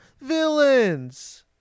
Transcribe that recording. villains